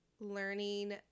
learning